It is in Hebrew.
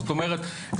זאת אומרת,